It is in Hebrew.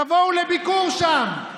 תבואו לביקור שם,